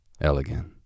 Elegant